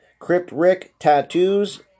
cryptricktattoos